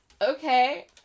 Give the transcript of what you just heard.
okay